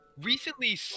Recently